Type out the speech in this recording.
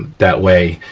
that way,